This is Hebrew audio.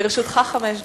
לרשותך חמש דקות.